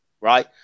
Right